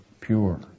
pure